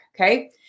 okay